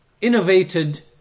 innovated